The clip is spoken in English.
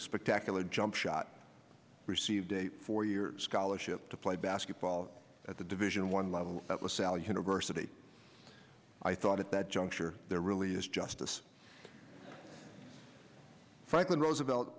spectacular jump shot received a four year scholarship to play basketball at the division one level that was sally university i thought at that juncture there really is justice franklin roosevelt